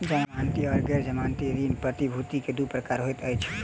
जमानती आर गैर जमानती ऋण प्रतिभूति के दू प्रकार होइत अछि